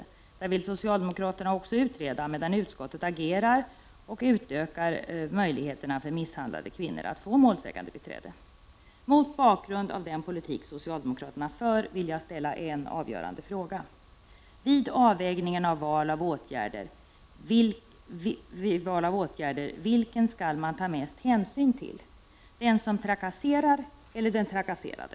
Den frågan vill socialdemokraterna också utreda, medan utskottet agerar och utökar möjligheterna för misshandlade kvinnor att få målsägandebiträde. Mot bakgrund av den politik socialdemokraterna för vill jag ställa en avgörande fråga: Vilken skall man vid val av åtgärder ta mest hänsyn till — den som trakasserar eller den trakasserade?